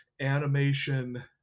animation